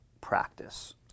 practice